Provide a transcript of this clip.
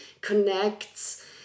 connects